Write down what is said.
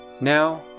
Now